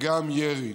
וגם ירי.